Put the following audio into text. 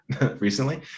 recently